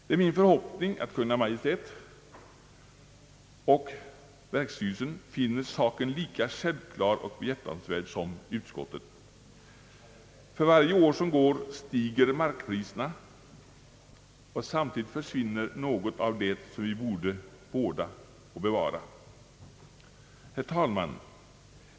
Det är min förhoppning att Kungl. Maj:t och verksstyrelsen finner saken lika självklar och behjärtansvärd som utskottet. För varje år som går stiger markpriserna och samtidigt försvinner något av det, som vi borde vårda och bevara. Herr talman!